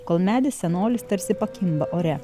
kol medis senolis tarsi pakimba ore